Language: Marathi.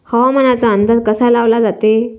हवामानाचा अंदाज कसा लावला जाते?